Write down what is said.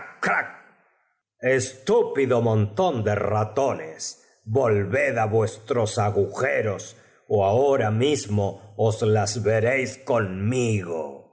úpido montón de ratones volved á vuestros agujeros ó abo t ra mismo os las veréis conmigo